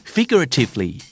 Figuratively